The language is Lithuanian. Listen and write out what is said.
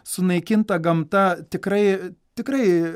sunaikinta gamta tikrai tikrai